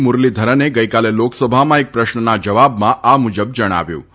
મુરલીધરને ગઇકાલે લોકસભામાં એક પ્રશ્નના જવાબમાં આ મુજબ જણાવ્યું હતું